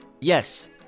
Yes